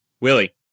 Willie